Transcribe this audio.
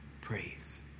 praise